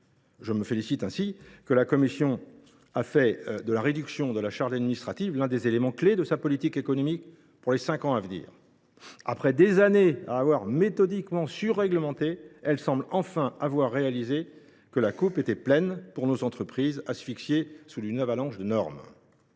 Je me félicite ainsi que la Commission ait fait de la réduction de la charge administrative l’un des éléments clés de sa politique économique pour les cinq années à venir. Après des années passées à surréglementer méthodiquement, elle semble enfin avoir compris que la coupe était pleine pour nos entreprises, asphyxiées sous une avalanche de normes.